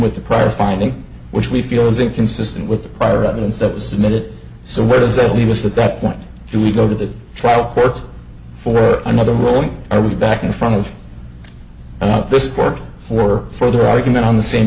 with the prior finding which we feel is inconsistent with the prior evidence that was not it so where does that leave us that that point do we go to the trial court for another ruling are we back in front of this court for further argument on the same